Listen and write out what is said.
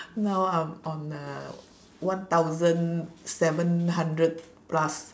now I'm on uh one thousand seven hundred plus